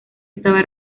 estaba